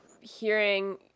hearing